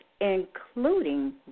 including